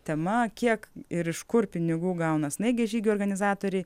tema kiek ir iš kur pinigų gauna snaigės žygio organizatoriai